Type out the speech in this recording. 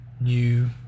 new